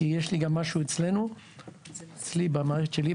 כי יש לי גם משהו אצלי במערכת שלי,